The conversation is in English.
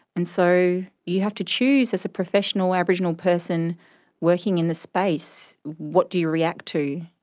and so you have to choose as a professional aboriginal person working in the space, what do you react to.